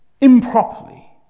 improperly